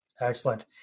Excellent